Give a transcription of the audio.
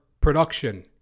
production